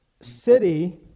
city